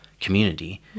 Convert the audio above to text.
community